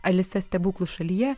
alisa stebuklų šalyje